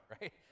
right